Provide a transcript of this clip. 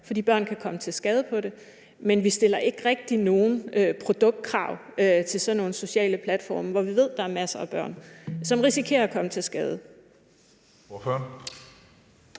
fordi børn kan komme til skade på det, mens vi ikke rigtig stiller nogen produktkrav til sådan nogle sociale platforme, hvor vi ved, at der er masser af børn, som risikerer at komme til skade. Kl.